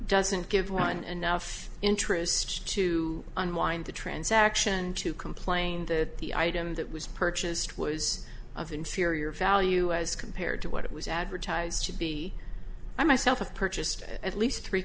doesn't give one enough interest to unwind the transaction to complain that the item that was purchased was of inferior value as compared to what it was advertised to be i myself have purchased at least three